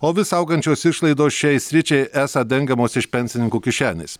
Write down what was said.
o vis augančios išlaidos šiai sričiai esą dengiamos iš pensininkų kišenės